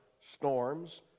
storms